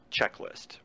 checklist